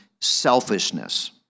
selfishness